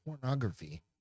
pornography